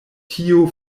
tiu